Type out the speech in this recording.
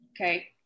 Okay